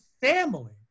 family